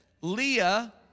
Leah